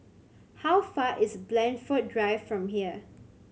how far is Blandford Drive from here